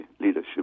leadership